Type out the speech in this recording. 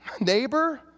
neighbor